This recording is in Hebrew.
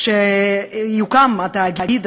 כשיוקם התאגיד,